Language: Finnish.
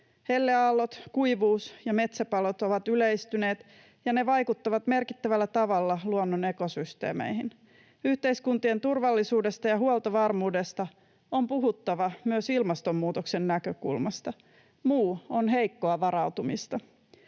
Helleaallot, kuivuus ja metsäpalot ovat yleistyneet, ja ne vaikuttavat merkittävällä tavalla luonnon ekosysteemeihin. Yhteiskuntien turvallisuudesta ja huoltovarmuudesta on puhuttava myös ilmastonmuutoksen näkökulmasta — muu on heikkoa varautumista.